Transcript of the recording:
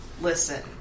Listen